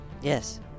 yes